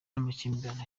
n’amakimbirane